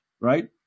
right